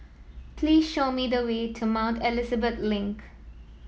please show me the way to Mount Elizabeth Link